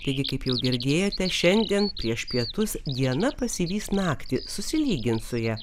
taigi kaip jau girdėjote šiandien prieš pietus diena pasivys naktį susilygins su ja